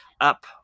up